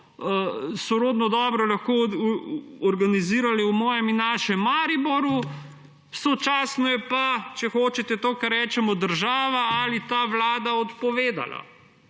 sorodno dobro lahko organizirali v mojem in našem Mariboru. Sočasno je pa, če hočete, to, čemur rečemo država ali ta vlada, odpovedalo.